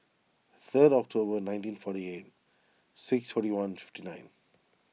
third October nineteen forty eight six twenty one fifty nine